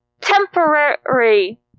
temporary